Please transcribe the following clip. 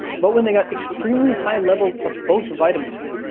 but when they got extremely high levels of both vitamins,